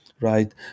right